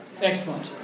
Excellent